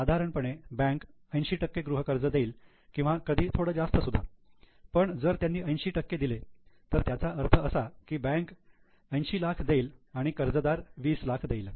साधारणपणे बँक 80 गृहकर्ज देईल किंवा कधी थोडं जास्त सुद्धा पण जर त्यांनी 80 दिले तर त्याचा अर्थ असा की बँक 8000000 देईल आणि कर्जदार 2000000 देईल